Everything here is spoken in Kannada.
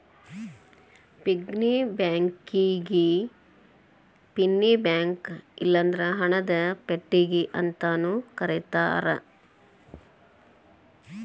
ಪಿಗ್ಗಿ ಬ್ಯಾಂಕಿಗಿ ಪಿನ್ನಿ ಬ್ಯಾಂಕ ಇಲ್ಲಂದ್ರ ಹಣದ ಪೆಟ್ಟಿಗಿ ಅಂತಾನೂ ಕರೇತಾರ